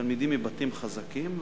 תלמידים מבתים חזקים,